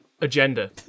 Agenda